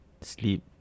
sleep